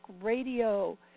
Radio